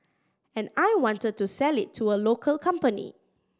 and I wanted to sell it to a local company